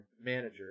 manager